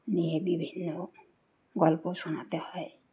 নিয়ে বিভিন্ন গল্প শোনাতে হয়